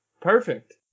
perfect